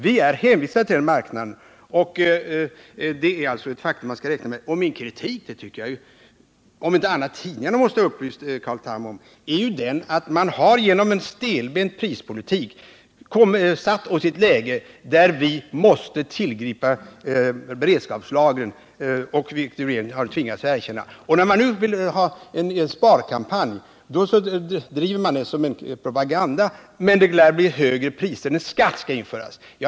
Vi är hänvisade till den marknaden, och det är ett faktum man skall räkna med. Hi Min kritik riktar sig mot det förhållandet — som jag tycker att inte minst tidningarna skulle ha upplyst Carl Tham om — att man genom en stelbent prispolitik har försatt oss i ett läge där vi måste tillgripa beredskapslagring, vilket regeringen har tvingats erkänna. När man nu vill ha en sparkampanj gör man propaganda för den. Men det lär bli högre priser när skatt skall införas.